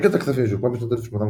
מחלקת הכספים, שהוקמה בשנת 1882,